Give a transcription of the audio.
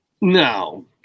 No